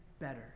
better